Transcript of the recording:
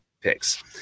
picks